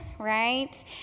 right